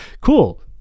cool